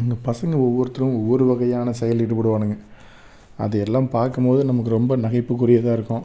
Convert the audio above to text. எங்கள் பசங்க ஒவ்வொருத்தரும் ஒவ்வொரு வகையான செயல் ஈடுபடுவானுங்க அது எல்லாம் பார்க்கும்போது நமக்கு ரொம்ப நகைப்புக்குரியதாக இருக்கும்